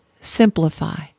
Simplify